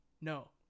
No